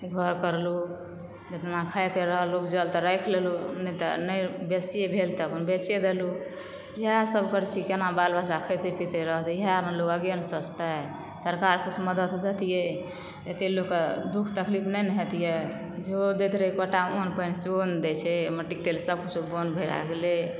घर करलु जितना खाइके रहल ऊपजल तऽ राखि लेलहुँ नहि तऽ नहि बेसी भेल तऽ अपन बेच देलु इएहसभ करैत छी केना बाल बच्चा खेतय पितय रहतै इएहमे लोग आगे ने सोचतै सरकार कुछ मदद दयतियै एतय लोकके दुःख तकलीफ नहि न हेतियै जेहो दैत रहै कोटामे अन्न पानि सेहो नहि दैत छै मट्टी तेल सभकुछ बन्द भए गेलय